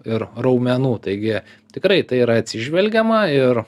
ir raumenų taigi tikrai į tai yra atsižvelgiama ir